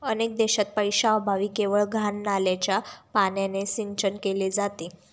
अनेक देशांत पैशाअभावी केवळ घाण नाल्याच्या पाण्याने सिंचन केले जाते